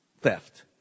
theft